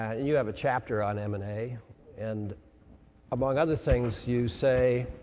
ah you have a chapter on m and a and among other things you say